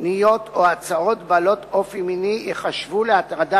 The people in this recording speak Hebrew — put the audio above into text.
פניות או הצעות בעלות אופי מיני ייחשבו להטרדה